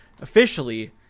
officially